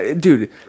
Dude